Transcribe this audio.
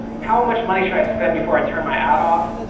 how much money should i spend before i turn my ad off?